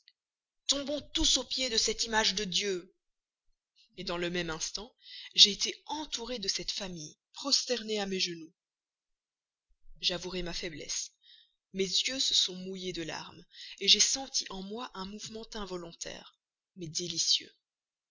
tombons tous aux pieds de cette image de dieu dans le même instant j'ai été entouré de cette famille prosternée à mes genoux j'avouerai ma faiblesse mes yeux se sont mouillés de larmes j'ai senti en moi un mouvement involontaire mais